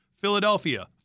Philadelphia